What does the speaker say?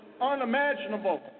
unimaginable